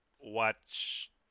watch